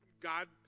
god